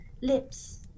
lips